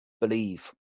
Believe